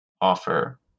offer